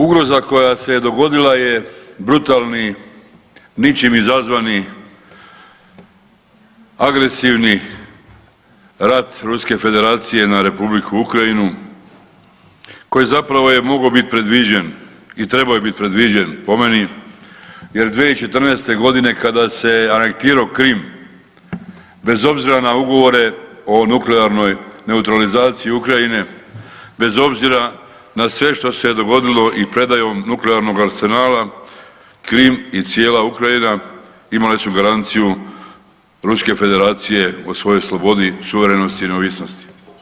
Ugroza koja se je dogodila je brutalni ničim izazvani agresivni rat Ruske Federacije na Republiku Ukrajinu koji je zapravo mogao biti predviđen i trebao je biti predviđen po meni jer 2014. godine kada se je anektirao Krim bez obzira na ugovore o nuklearnoj neutralizaciji Ukrajine, bez obzira na sve što se je dogodilo i predajom nuklearnoga arsenala Krim i cijela Ukrajina imali su garanciju Ruske Federacije o svojoj slobodi, suverenosti i neovisnosti.